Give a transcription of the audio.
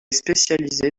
spécialisé